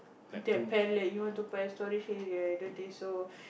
the palette you want to buy a hey i don't think so